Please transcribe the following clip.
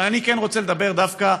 אבל אני כן רוצה לדבר דווקא,